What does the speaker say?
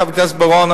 חבר הכנסת בר-און.